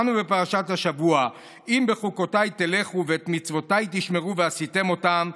קראנו בפרשת השבוע: "אם בחֻקתי תלכו ואת מצותי תשמֹרו ועשיתם אֹתם.